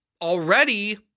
already